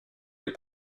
des